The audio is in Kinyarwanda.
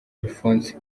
alphonse